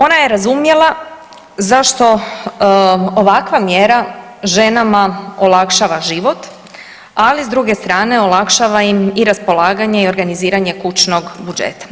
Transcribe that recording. Ona je razumjela zašto ovakva mjera ženama olakšava život, ali s druge strane olakšava im i raspolaganje i organiziranje kućnog budžeta.